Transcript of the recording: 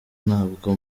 ntabwo